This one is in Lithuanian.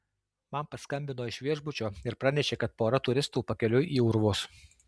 man paskambino iš viešbučio ir pranešė kad pora turistų pakeliui į urvus